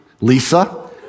Lisa